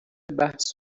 بحث